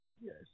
Yes